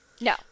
No